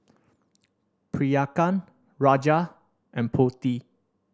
Priyanka Raja and Potti